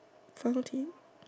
I don't think